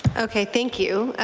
ok. thank you.